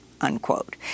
unquote